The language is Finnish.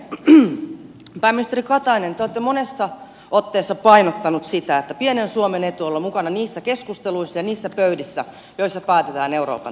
pääministeri katainen te olette moneen otteeseen painottanut sitä että pienen suomen etu on olla mukana niissä keskusteluissa ja niissä pöydissä joissa päätetään euroopan tulevaisuudesta